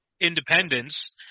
independence